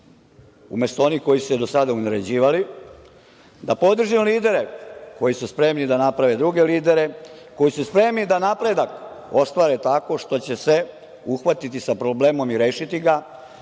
umesto onih koji su je do sada uneređivali, da podržim lidere koji su spremni da naprave druge lidere, koji su spremni da napredak ostvare tako što će se uhvatiti sa problemom i rešiti ga,